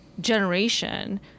generation